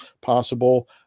possible